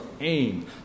aim